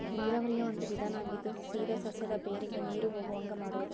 ನೇರಾವರಿಯ ಒಂದು ವಿಧಾನಾ ಆಗಿದ್ದು ಸೇದಾ ಸಸ್ಯದ ಬೇರಿಗೆ ನೇರು ಹೊಗುವಂಗ ಮಾಡುದು